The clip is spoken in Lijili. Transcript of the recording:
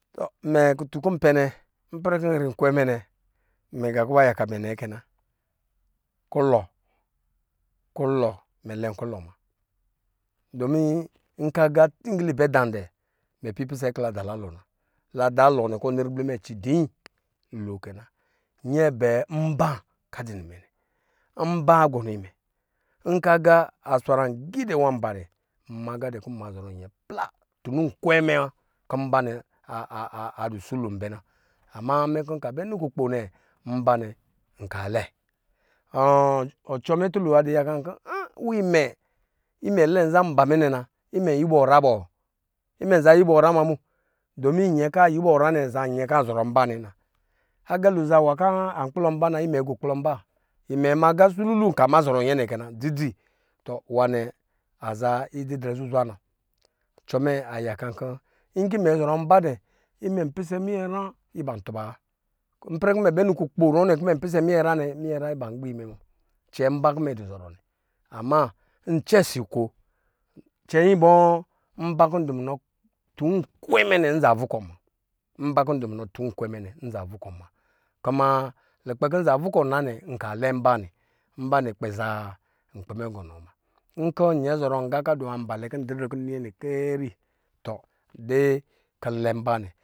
Tɔ mɛ kutun kɔ n pɛn ɛ kɔ nri nkwɛ mɛ nɛ nga kɔ ba yaka mɛnɛ kɛ na kulɔ kulɔ mɛ lɛn kulɔ muna, domi nkɔ aga tingili abɛ dandɛ, mɛ pipisɛ kɔ la dala lɔna, la dalɔnɛ kɔ ɔni riblimɛ aci dii lo kɛ na. Nyɛbɛ mba kɔ adɔ nimɛ nɛ, mba agɔnɔ imɛ nkɔ aga aswaran gii dɛ nwan mba dɛ mma aga dɛ kɔ nma zɔrɔ nyɛ dɛ pla tunu nkwɛɛ mɛ nwa kɔ mba nɛ adɔ sulun bɛ na ama nna mɛ kɔ nka bɛ nɔ kukpo nɛ, mba nɛ nka lɛ ɔcɔ mɛ tulo adɔ yaka n kɔ imɛ lɛn nza mba mɛ nɛ na imɛ nyuwɔ nyra bɔ imɛnza yuwɔ nyra mana mu dumi nyɛ kɔ ayuwɔ nyra nɛ aza nyɛ kɔ anzɔrɔ mba nɛ na, aga lo za nwa ikplɔ mba na imɛ gɔ kplɔ mba, mɛ ma aga sululu imɛ ma zɔrɔ nyɛnɛ kɛ na dzidzi, tɔ nwa nɛ aza idi drɛ zuzwaa na, cɔ mɛ aya kan kɔ nkɔ imɛ zɔrɔ ba dɛ imɛ pisɛ minyɛnyra iban tuba wa nkɔ imɛ bɛ nɔ kukpo kɔ imɛ pisɛ munyɛ nyra iban gbinyin mɛ muna cɛ mba kɔ imɛ dɔ zɔrɔ nɛ ama ncɛ si ko cenyi bɔ mba kɔ mɛ du munɔ tunu nkwɛ imɛ nɛ nza yukɔn muna, mba kɔ ndu munɔ tunkwɛ mɛ nɛ nza vukɔn muna kuma lukpɛ kɔ nza vukɔn na nɛ nka lɛ mba nɛ mba nɛ akpɛ zaa nkpi mɛ gɔnɔ muna. Nkɔ nyɛ a zɔrɔ gan kɔ a dɔ nwa mba dɛ kɔ n didre kɔ nni nyɛnɛ kekri tɔ de kɔ nlɛ mba nɛ.